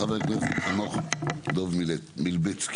חבר הכנסת חנוך דב מלביצקי.